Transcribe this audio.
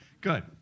Good